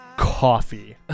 coffee